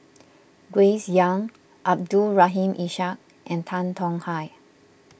Grace Young Abdul Rahim Ishak and Tan Tong Hye